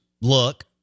look